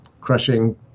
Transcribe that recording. crushing